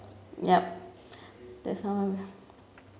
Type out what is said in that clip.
yup that's all